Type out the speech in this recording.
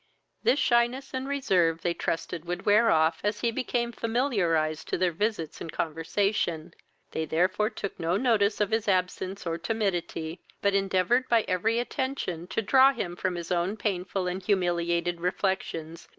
this shyness and reserve they trusted would wear off, as he became familiarized to their visits and conversation they therefore took no notice of his absence or timidity, but endeavoured by every attention to draw him from his own painful and humiliating reflections,